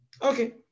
Okay